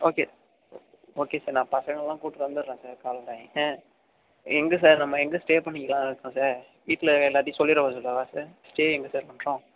okay okay sir நான் பசங்களலாம் கூட்டுரு வந்துடுறேன் சார் ஆ எங்கள் சார் நம்ம எங்கே ஸ்டே பண்ணிக்கிலாம் இருக்கோம் சார் வீட்டில் எல்லார்ட்டியும் சொல்லிடவா சார் ஸ்டே எங்கே சார் பண்ணுறோம்